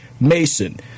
Mason